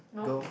nope